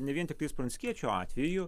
ne vien tiktais pranckiečio atveju